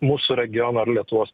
mūsų regiono ar lietuvos